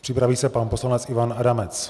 Připraví se pan poslanec Ivan Adamec.